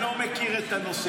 אני לא מכיר את הנושא.